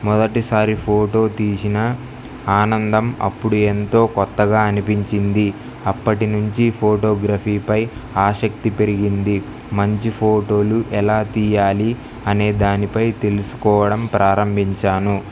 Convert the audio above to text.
మొదటిసారి ఫోటో తీసిన ఆనందం అప్పుడు ఎంతో కొత్తగా అనిపించింది అప్పటి నుంచి ఫోటోగ్రఫీపై ఆసక్తి పెరిగింది మంచి ఫోటోలు ఎలా తీయాలి అనే దానిపై తెలుసుకోవడం ప్రారంభించాను